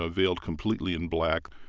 ah veiled completely in black.